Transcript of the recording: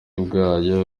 bwayo